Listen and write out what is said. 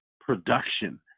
production